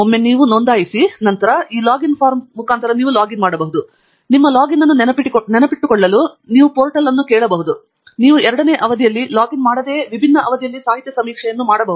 ಒಮ್ಮೆ ನೀವು ನೋಂದಾಯಿಸಿ ನಂತರ ಈ ಲಾಗಿನ್ ಫಾರ್ಮ್ ಅನ್ನು ನೀವು ಲಾಗಿನ್ ಮಾಡಬಹುದು ಮತ್ತು ನಿಮ್ಮ ಲಾಗಿನ್ ಅನ್ನು ನೆನಪಿಟ್ಟುಕೊಳ್ಳಲು ನೀವು ಪೋರ್ಟಲ್ ಅನ್ನು ಕೇಳಬಹುದು ಆದ್ದರಿಂದ ನೀವು ಎರಡನೇ ಅವಧಿಯಲ್ಲಿ ಲಾಗಿನ್ ಮಾಡದೆಯೇ ವಿಭಿನ್ನ ಅವಧಿಯಲ್ಲಿ ಸಾಹಿತ್ಯ ಸಮೀಕ್ಷೆಯನ್ನು ಮಾಡಬಹುದು